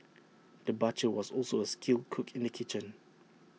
the butcher was also A skilled cook in the kitchen